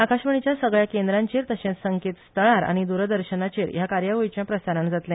आकाशवाणीच्या सगळ्या केंद्राचेर तशेच संकेतस्थळार आनी द्रदर्शनाचेर ह्या कार्यावळीचें प्रसारण जातले